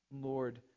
Lord